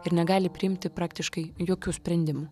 ir negali priimti praktiškai jokių sprendimų